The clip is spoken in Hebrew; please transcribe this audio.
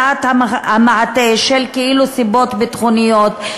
תחת המעטה של כאילו סיבות ביטחוניות,